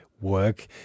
work